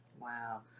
Wow